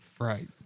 right